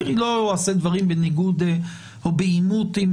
אני הרי לא אעשה דברים בניגוד או בעימות עם